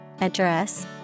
address